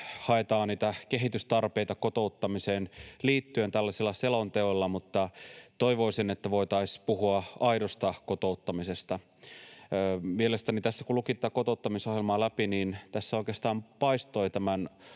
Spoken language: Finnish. haetaan niitä kehitystarpeita kotouttamiseen liittyen tällaisilla selonteoilla, mutta toivoisin, että voitaisiin puhua aidosta kotouttamisesta. Mielestäni tässä kun luki tätä kotouttamisohjelmaa läpi, tässä oikeastaan paistoi tämän